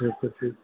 न त फिर